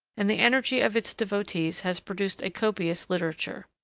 and the energy of its devotees has produced a copious literature.